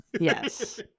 Yes